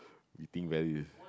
you think very